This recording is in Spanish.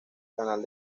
canal